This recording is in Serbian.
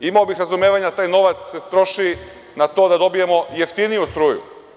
Imao bih razumevanja da taj novac se troši na to da dobijemo jeftiniju struju.